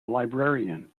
librarian